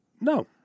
No